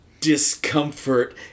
discomfort